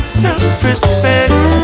self-respect